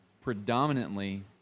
predominantly